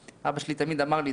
אבא שלי תמיד אמר לי,